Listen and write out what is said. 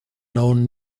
known